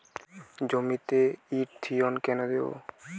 জমিতে ইরথিয়ন কেন দেবো?